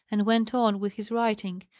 and went on with his writing,